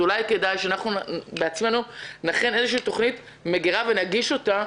אולי כדאי שאנחנו בעצמנו נכין איזו תוכנית מגרה ונגיש אותה,